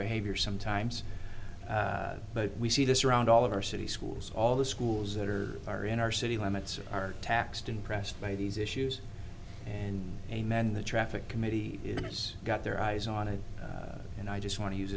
behavior sometimes but we see this around all of our city schools all the schools that are are in our city limits are taxed impressed by these issues and a man the traffic committee and he's got their eyes on it and i just want to use